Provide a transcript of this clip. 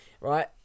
Right